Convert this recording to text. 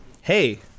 hey